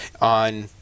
on